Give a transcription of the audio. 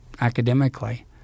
academically